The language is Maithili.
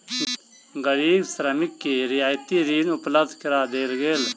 गरीब श्रमिक के रियायती ऋण उपलब्ध करा देल गेल